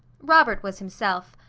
robert was himself.